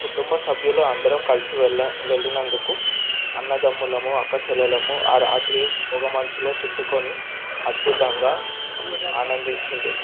కుటుంబ సభ్యులం అందరం కలిసి వెళ్ళి వెళ్ళినందుకు అన్నదమ్ములము అక్క చెల్లెళ్ళము ఆ రాత్రి పొగమంచులో చుట్టుకొని అద్భుతంగా ఆనందించిండే